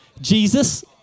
Jesus